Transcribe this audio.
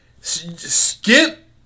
Skip